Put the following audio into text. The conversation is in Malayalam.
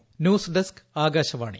പ ന്യൂസ് ഡെസ്ക് ആകാശവ്ദീണി